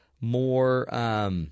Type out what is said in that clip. more